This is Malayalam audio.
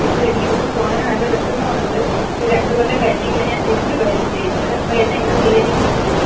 ടീച്ചറേ എനിക്കിവിടുന്ന് പോവുന്നതിന് നല്ല വിഷമം ഉണ്ട് പക്ഷേ രണ്ട് കൊല്ലം കഴിഞ്ഞെങ്കിൽ ഞാൻ തിരിച്ച് വരും ടീച്ചർ അപ്പോൾ എന്നെ ഇവിടെ സ്വീകരിക്കുമോ ടീച്ചർ